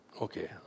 Okay